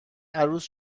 عروس